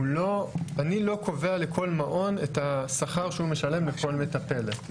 אני לא קובע לכל מעון את השכר שהוא משלם לכל מטפלת.